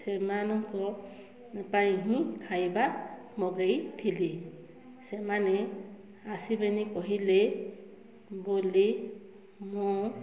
ସେମାନଙ୍କ ପାଇଁ ହିଁ ଖାଇବା ମଗାଇଥିଲି ସେମାନେ ଆସିବେନି କହିଲେ ବୋଲି ମୁଁ